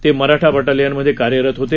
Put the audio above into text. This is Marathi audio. ते मराठा बटालियन मध्ये कार्यरत होते